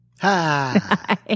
Hi